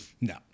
No